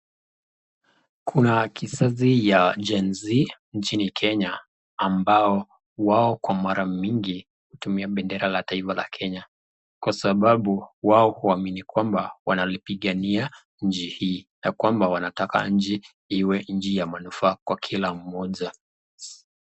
Kuna kizazi cha Gen z nchini kenya ambao wao kwa mara mingi hutumia bendera la taifa la Kenya, kwa sababu wao huamini kwamba wanalipigania nchini hii ,ya kwamba wanataka nchi iwe nchi ya manufaa kw akila mmoja.